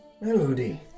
Melody